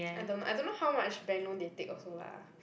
I don't I don't know how much bank loan they take also lah